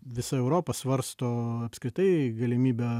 visa europa svarsto apskritai galimybę